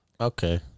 Okay